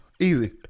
Easy